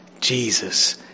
Jesus